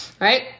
Right